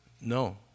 No